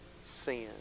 sin